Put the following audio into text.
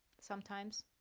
sometimes,